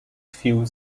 tkwił